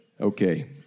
Okay